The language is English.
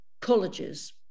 colleges